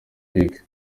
olempike